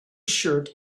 shirt